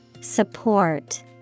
Support